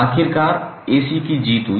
आखिरकार AC की जीत हुई